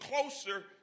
closer